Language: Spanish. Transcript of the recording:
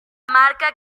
marca